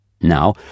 Now